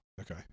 Okay